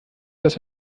dass